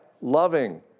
loving